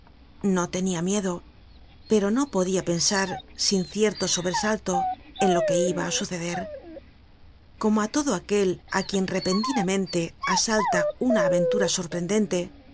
no tenia miedo pero no podia pensar sin cierto sobresalto en lo que iba á suceder como á todo aquel á quien repentinamente asalta una aventura sorprendente